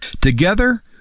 Together